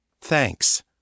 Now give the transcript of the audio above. Thanks